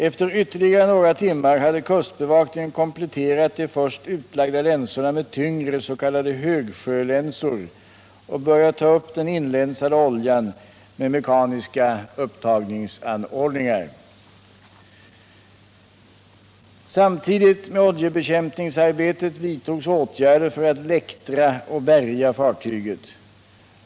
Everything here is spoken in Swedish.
Efter ytterligare några timmar hade kustbevakningen kompletterat de först utlagda länsorna med tyngre s.k. högsjölänsor och börjat ta upp den inlänsade oljan med mekaniska upptagningsanordningar. 53 Samtidigt med oljebekämpningsarbetet vidtogs åtgärder för att läktra och bärga fartyget.